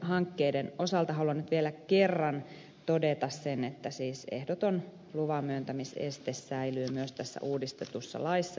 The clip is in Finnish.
haluan nyt vielä kerran todeta sen että siis ehdoton luvanmyöntämiseste säilyy myös tässä uudistetussa laissa